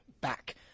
back